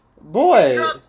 Boy